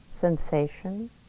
sensation